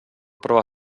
prova